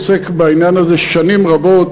עוסק בעניין הזה שנים רבות.